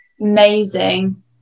Amazing